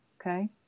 Okay